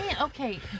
okay